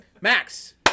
Max